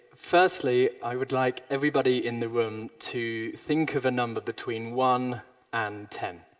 firstly, i would like everybody in the room to think of a number between one and ten.